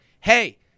Hey